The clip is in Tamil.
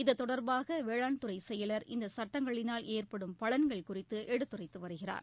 இது தொடர்பாக வேளாண்துறை செயலர் இந்த சட்டங்களினால் ஏற்படும் பலன்கள் குறித்து எடுத்துரைத்து வருகிறார்